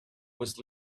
was